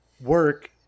work